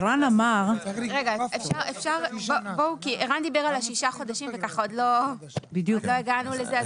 ערן אמר --- ערן דיבר על השישה חודשים ועוד לא הגענו לזה,